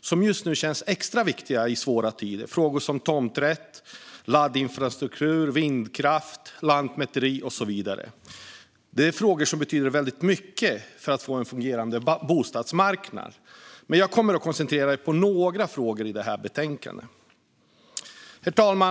som just nu, i svåra tider, känns extra viktiga. Det handlar om frågor som tomträtt, laddinfrastruktur, vindkraft, lantmäteri och så vidare. Dessa frågor betyder väldigt mycket för att få en fungerande bostadsmarknad. Jag kommer att koncentrera mig på några frågor som tas upp i betänkandet. Herr talman!